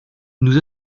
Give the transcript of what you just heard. nous